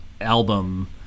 album